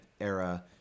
era